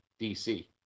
DC